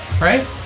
Right